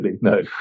no